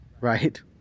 Right